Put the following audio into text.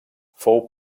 fou